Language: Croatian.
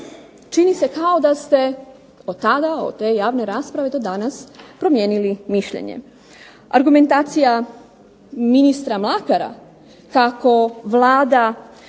čini se kao da ste od tada, od te javne rasprave do danas promijenili mišljenje. Argumentacija ministra Mlakara kako Vlada